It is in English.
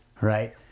right